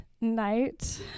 night